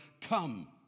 come